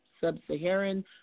sub-Saharan